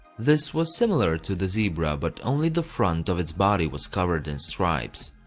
this was similar to the zebra, but only the front of its body was covered in stripes.